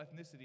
ethnicity